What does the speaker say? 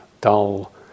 dull